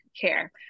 care